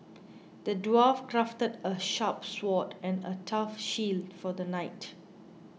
the dwarf crafted a sharp sword and a tough shield for the knight